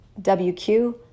wq